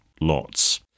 lots